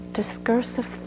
discursive